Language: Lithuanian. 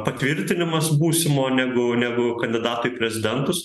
patvirtinimas būsimo negu negu kandidatų į prezidentus